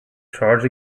charge